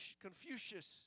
Confucius